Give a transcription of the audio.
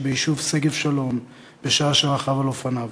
שביישוב שגב-שלום בשעה שרכב על אופניו,